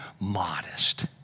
modest